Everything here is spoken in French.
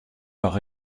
par